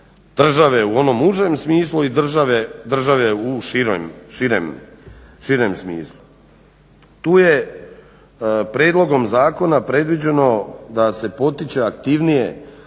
u onom užem smislu i države u širem smislu. Tu je prijedlogom zakona predviđeno da se potiče aktivnije